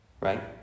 right